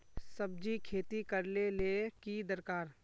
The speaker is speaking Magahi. सब्जी खेती करले ले की दरकार?